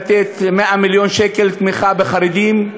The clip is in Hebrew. לתת 100 מיליון שקל לתמיכה בחרדים,